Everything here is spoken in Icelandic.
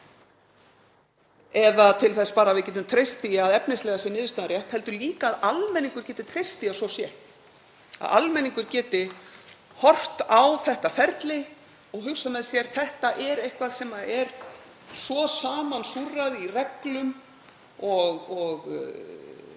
bara til þess að við getum treyst því að efnislega sé niðurstaðan rétt heldur líka til að almenningur geti treyst því að svo sé, að almenningur geti horft á þetta ferli og hugsað með sér: Þetta er eitthvað sem er svo samansúrrað í reglum og